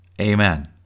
Amen